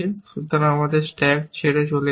সুতরাং এই আমার স্ট্যাক থেকে চলে গেছে